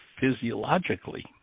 physiologically